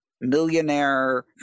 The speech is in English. millionaire